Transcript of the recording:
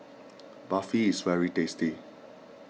Barfi is very tasty